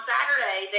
Saturday